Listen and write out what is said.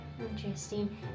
Interesting